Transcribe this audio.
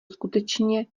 skutečně